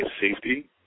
safety